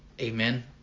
Amen